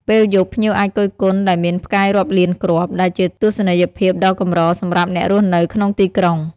ពេលយប់ ភ្ញៀវអាចគយគន់មេឃដែលមានផ្កាយរាប់លានគ្រាប់ ដែលជាទស្សនីយភាពដ៏កម្រសម្រាប់អ្នករស់នៅក្នុងទីក្រុង។